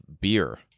beer